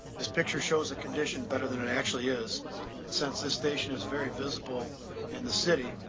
this picture shows a condition better than it actually is and since this station is very visible in the city,